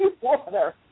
water